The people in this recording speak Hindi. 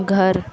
घर